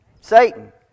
Satan